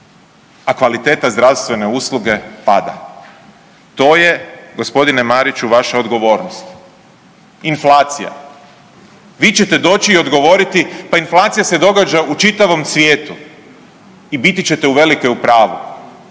a kvaliteta zdravstvene usluge pada. To je g. Mariću vaša odgovornost. Inflacija. Vi ćete doći i odgovoriti, pa inflacija se događa u čitavom svijetu i biti ćete uvelike u pravu.